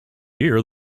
year